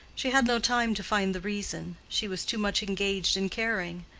she had no time to find the reason she was too much engaged in caring.